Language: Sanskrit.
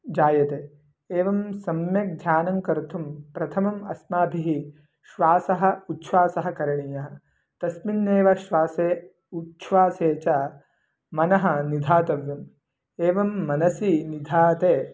जायते एवं सम्यक् ध्यानं कर्तुं प्रथमम् अस्माभिः श्वासः उच्छ्वासः करणीयः तस्मिन्नेव श्वासे उच्छ्वासे च मनः निधातव्यम् एवं मनसि निधाते